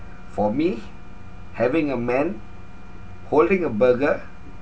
for me having a man holding a burger